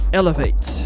elevate